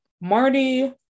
Marty